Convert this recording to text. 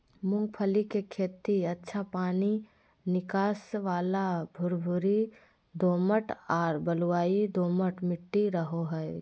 मूंगफली के खेती अच्छा पानी निकास वाला भुरभुरी दोमट आर बलुई दोमट मट्टी रहो हइ